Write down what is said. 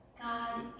God